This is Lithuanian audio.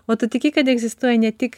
o tu tiki kad egzistuoja ne tik